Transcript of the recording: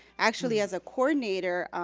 actually, as a coordinator,